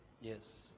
Yes